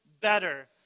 better